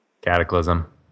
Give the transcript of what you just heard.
Cataclysm